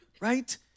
Right